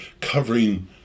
covering